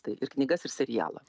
tai ir knygas ir serialą